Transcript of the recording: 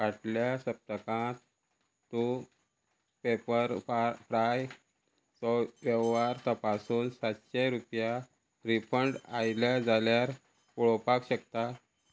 फाटल्या सप्तकांत तूं पेपर फार फ्राय चो वेव्हार तपासून सातशें रुपया रिफंड आयल्या जाल्यार पळोवपाक शकता